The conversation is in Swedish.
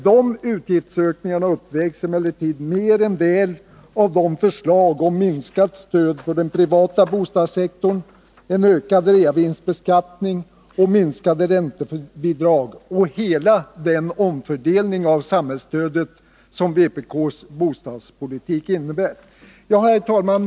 De utgiftsökningarna uppvägs emellertid mer än väl av förslagen om minskat stöd till den privata bostadssektorn, en ökad reavinstbeskattning och minskade räntebidrag och hela den omfördelning av samhällsstödet som vpk:s bostadspolitik innebär. Herr talman!